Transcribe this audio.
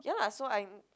ya lah so I'm